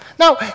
Now